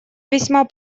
весьма